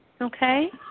okay